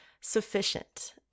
sufficient